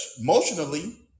emotionally